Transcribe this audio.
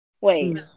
Wait